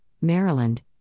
Maryland